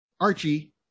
Archie